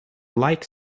like